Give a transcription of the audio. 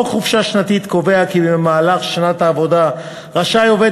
חוק חופשה שנתית קובע כי במהלך שנת העבודה רשאי העובד